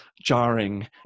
jarring